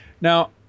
now